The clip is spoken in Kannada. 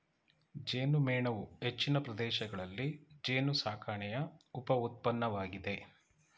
ಜೇನುಮೇಣವು ಹೆಚ್ಚಿನ ಪ್ರದೇಶಗಳಲ್ಲಿ ಜೇನುಸಾಕಣೆಯ ಉಪ ಉತ್ಪನ್ನವಾಗಿದೆ